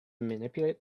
manipulate